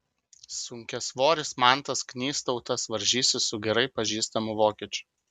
sunkiasvoris mantas knystautas varžysis su gerai pažįstamu vokiečiu